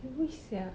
you wish sia